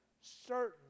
certain